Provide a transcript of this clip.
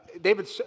David